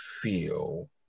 feel